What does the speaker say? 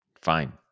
fine